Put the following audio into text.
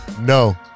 No